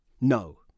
No